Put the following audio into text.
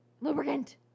lubricant